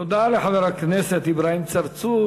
תודה לחבר הכנסת אברהים צרצור.